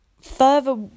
further